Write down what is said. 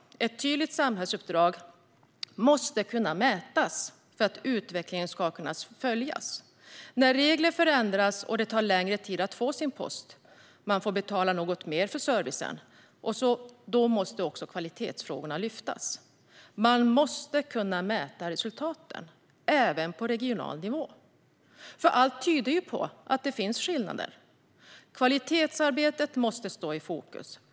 Ett tydligt samhällsuppdrag måste kunna mätas för att utvecklingen ska kunna följas. När regler ändras, det tar längre tid att få sin post och man får betala mer för servicen måste också kvalitetsfrågorna lyftas. Man måste kunna mäta resultaten, även på regional nivå. Allt tyder på att det finns skillnader. Kvalitetsarbetet måste stå i fokus.